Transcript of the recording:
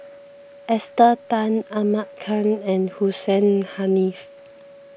Esther Tan Ahmad Khan and Hussein Haniff